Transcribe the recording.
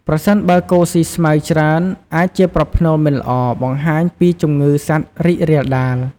ប្រសិនបើគោស៊ី ស្មៅ ច្រើន អាចជាប្រផ្នូលមិនល្អ បង្ហាញពីជំងឺសត្វរីករាលដាល។